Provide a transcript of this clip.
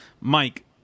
Mike